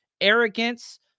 arrogance